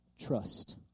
trust